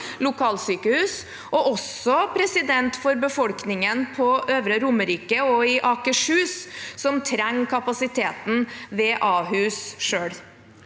lokalsykehus, og også for befolkningen på Øvre Romerike og i Akershus som trenger kapasiteten ved Ahus selv.